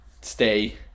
stay